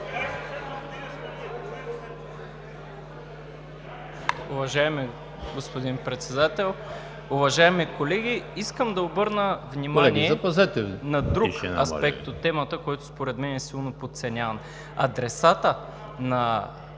Уважаеми господин Председател, уважаеми колеги! Искам да обърна внимание на друг аспект от темата, който според мен е силно подценяван – адресатът на